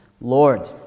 Lord